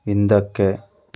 ಹಿಂದಕ್ಕೆ